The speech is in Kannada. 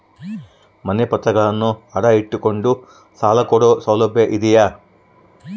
ಮನೆ ಪತ್ರಗಳನ್ನು ಅಡ ಇಟ್ಟು ಕೊಂಡು ಸಾಲ ಕೊಡೋ ಸೌಲಭ್ಯ ಇದಿಯಾ?